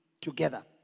together